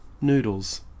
noodles